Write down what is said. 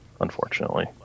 unfortunately